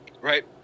right